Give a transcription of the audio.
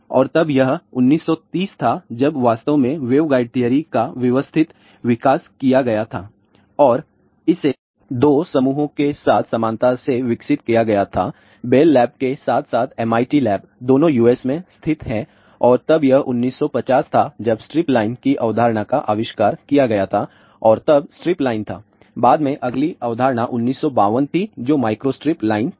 और तब यह 1930 था जब वास्तव में वेवगाइड थिअरी का व्यवस्थित विकास किया गया था और इसे 2 समूहों के साथ समानता से विकसित किया गया था बेल लैब के साथ साथ MIT लैब दोनों यूएसए में स्थित हैं और तब यह 1950 था जब स्ट्रिपलाइन की अवधारणा का आविष्कार किया गया था और तब स्ट्रिपलाइन था बाद में अगली अवधारणा 1952 थी जो माइक्रोस्ट्रिप लाइन थी